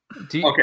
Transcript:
Okay